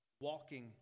walking